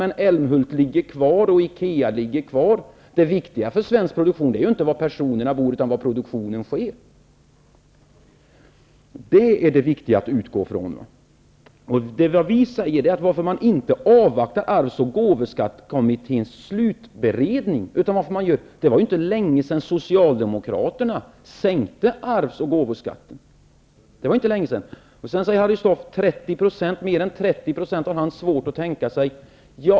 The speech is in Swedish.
Men Älmhult ligger kvar, och Ikea ligger kvar. Det viktiga för svensk produktion är inte var personerna bor utan var produktionen sker. Det är det viktiga att utgå ifrån. Vi undrar varför man inte avvaktar arvs och gåvoskattekommitténs slutberedning. Det var ju inte länge sedan som Socialdemokraterna sänkte arvs och gåvoskatten. Harry Staaf sade att han hade svårt att tänka sig en arvs och gåvoskatt på mer än 30 %.